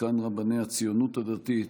זקן רבני הציונות הדתית,